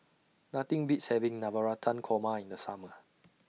Nothing Beats having Navratan Korma in The Summer